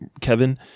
Kevin